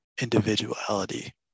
individuality